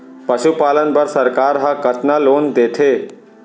पशुपालन बर सरकार ह कतना लोन देथे?